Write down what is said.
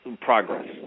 progress